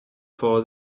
for